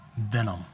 venom